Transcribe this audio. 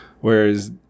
Whereas